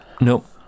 Nope